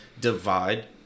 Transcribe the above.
divide